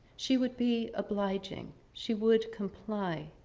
she would be obliging. she would comply.